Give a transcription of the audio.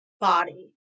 body